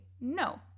no